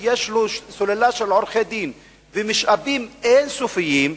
שיש לו סוללה של עורכי-דין ומשאבים אין-סופיים,